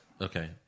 Okay